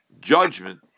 judgment